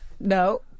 no